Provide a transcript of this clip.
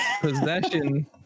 Possession